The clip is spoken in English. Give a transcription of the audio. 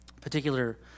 particular